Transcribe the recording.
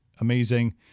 amazing